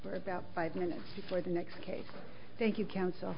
for about five minutes before the next case thank you counsel